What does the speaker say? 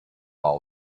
all